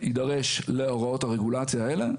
יידרש להוראות הרגולציה האלה.